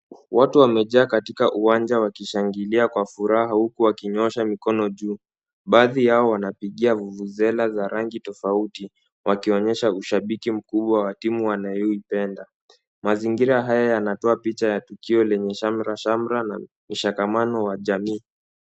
Watu wamejaa katika uwanja wakishangilia kwa furaha huku wakinyoosha mikono juu, baadhi yao wanapigia vuvuzela za rangi tofauti, wakionyesha ushabiki mkubwa wa timu wanayoipenda, mazingira haya yanatoa picha ya tukio lenye shamrashamra na mshikamano wa jamii.